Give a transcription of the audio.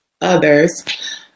others